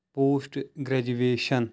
post graduation